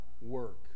work